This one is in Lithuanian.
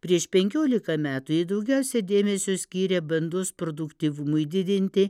prieš penkiolika metų ji daugiausia dėmesio skyrė bandos produktyvumui didinti